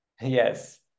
Yes